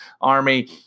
army